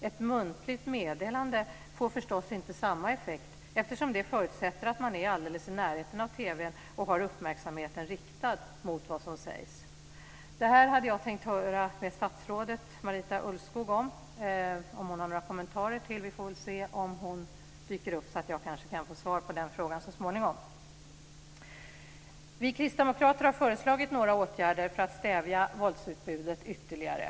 Ett muntligt meddelande får förstås inte samma effekt eftersom det förutsätter att man är alldeles i närheten av TV-n och har uppmärksamheten riktad mot vad som sägs. Det hade varit intressant att höra om statsrådet Marita Ulvskog hade några kommentarer till det här. Vi får väl se om hon dyker upp så att jag kanske kan få svar på den frågan så småningom. Vi kristdemokrater har föreslagit några åtgärder för att stävja våldsutbudet ytterligare.